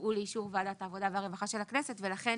יובאו לאישור ועדת העבודה והרווחה של הכנסת ולכן